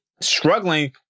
struggling